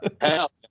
Hell